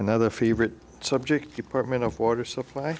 another favorite subject department of water supply